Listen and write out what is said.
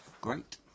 Great